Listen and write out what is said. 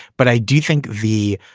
but i do think the